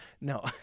No